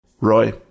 Roy